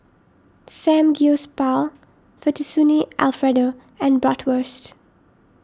Samgyeopsal Fettuccine Alfredo and Bratwurst